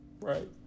right